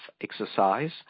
exercise